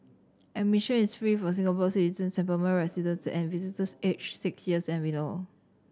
admission is free for Singapores citizens and permanent residents and visitors aged six years and below